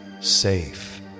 safe